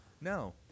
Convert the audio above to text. No